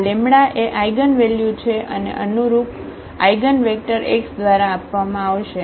આ લેમ્બડા એ આઇગનવેલ્યુ છે અને અનુરૂપ આઇગનવેક્ટર x દ્વારા આપવામાં આવશે